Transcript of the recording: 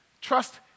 Trust